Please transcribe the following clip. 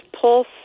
pulse